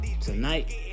Tonight